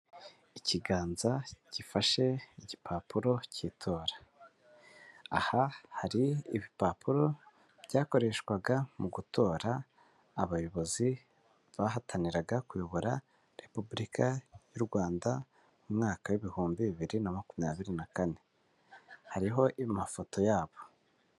Ikiganza gifashe igipapuro cy'itora, aha hari ibipapuro byakoreshwaga mu gutora abayobozi bahataniraga kuyobora Repubulika y'u Rwanda mu mwaka w'ibihumbi bibiri na makumyabiri na kane, hariho amafoto yabo.